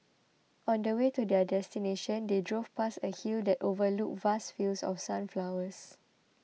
on the way to their destination they drove past a hill that overlooked vast fields of sunflowers